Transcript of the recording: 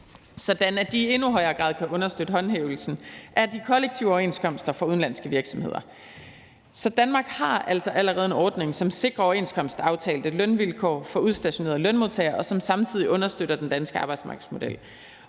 sådan at de i endnu højere grad kan understøtte håndhævelsen af de kollektive overenskomster for udenlandske virksomheder. Så Danmark har altså allerede en ordning, som sikrer overenskomstaftalte lønvilkår for udstationerede lønmodtagere, og som samtidig understøtter den danske arbejdsmarkedsmodel.